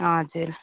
हजुर